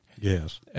Yes